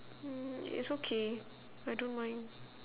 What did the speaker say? hmm it's okay I don't mind